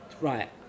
right